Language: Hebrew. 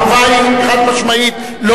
התשובה היא חד-משמעית לא.